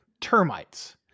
termites